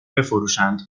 بفروشند